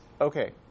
Okay